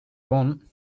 want